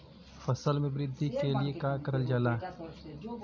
फसल मे वृद्धि के लिए का करल जाला?